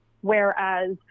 Whereas